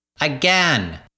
Again